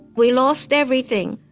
we lost everything,